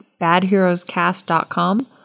badheroescast.com